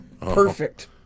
Perfect